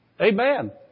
Amen